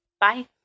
Bye